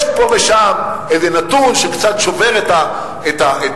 יש פה ושם איזה נתון שקצת שובר את הסקאלה,